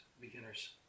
beginner's